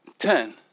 ten